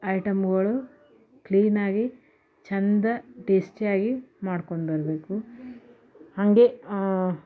ಐಟಮ್ಗಳು ಕ್ಲೀನಾಗಿ ಚಂದ ಟೇಸ್ಟಿಯಾಗಿ ಮಾಡ್ಕೊಂಡು ಬರಬೇಕು ಹಾಗೆ